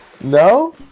No